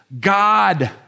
God